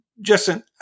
Justin